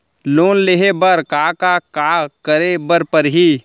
Loan लेहे बर का का का करे बर परहि?